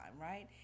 right